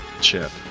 chip